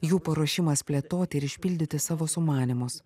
jų paruošimas plėtoti ir išpildyti savo sumanymus